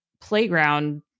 playground